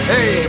Hey